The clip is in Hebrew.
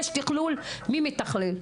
יש תכלול - מי מתכלל.